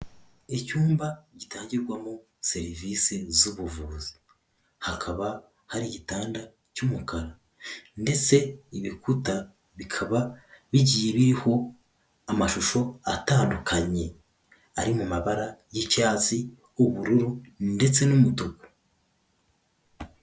Icyumba gitangirwamo serivise z'ubuvuzi, hakaba hari igitanda cy'umukara ndetse ibikuta bikaba bigiye biriho amashusho atandukanye, ari mu mabara y'icyatsi, w'ubururu ndetse n'umutuku.